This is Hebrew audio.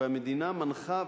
והמדינה מנחה,